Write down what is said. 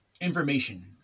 information